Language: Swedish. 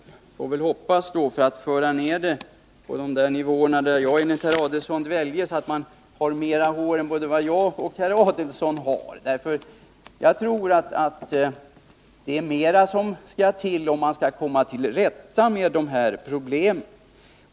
Jag får väl då — för att föra ned debatten på den nivå där jag enligt herr Adelsohn dväljs — hoppas att man har mera hår än både jag och herr Adelsohn har. Jag tror att det är mera som skall till för att man skall komma till rätta med de här problemen.